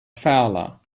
fowler